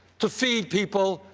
to feed people,